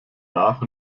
nach